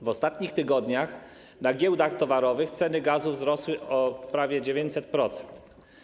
W ostatnich tygodniach na giełdach towarowych ceny gazu wzrosły o prawie 900%.